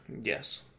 Yes